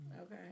Okay